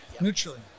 Neutrally